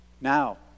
Now